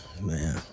Man